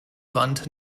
wand